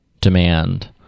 demand